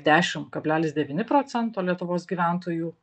dešimt kablelis devyni procento lietuvos gyventojų